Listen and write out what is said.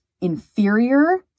inferior